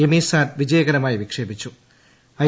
EMISAT വിജയകരമായി വിക്ഷേപിച്ചു I